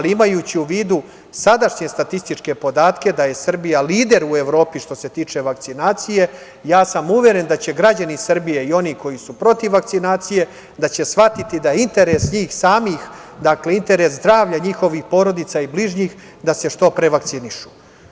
Imajući u vidu sadašnje statističke podatke da je Srbija lider u Evropi što se tiče vakcinacije, ja sam uveren da će građani Srbije i oni koji su protiv vakcinacije, da će shvatiti da interes njih samih, interes zdravlja njihovih porodica i bližnjih, da se što pre vakcinišu.